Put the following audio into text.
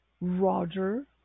Roger